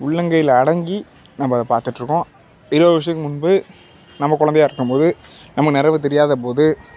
உள்ளங்கையில் அடங்கி நம்ம அதை பார்த்துட்டு இருக்கோம் இருபது வருடத்துக்கு முன்பு நம்ம குழந்தையாக இருக்கும் போது நமக்கு நினைவு தெரியாத போது